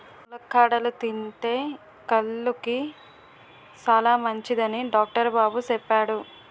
ములక్కాడలు తింతే కళ్ళుకి సాలమంచిదని డాక్టరు బాబు సెప్పాడు